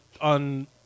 on